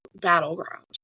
battleground